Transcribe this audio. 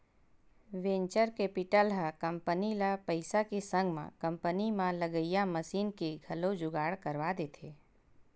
venture capital ह company ल पइसा के संग म कंपनी म लगइया मसीन के घलो जुगाड़ करवा देथे